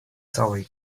całej